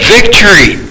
Victory